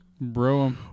Bro